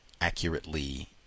accurately